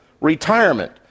retirement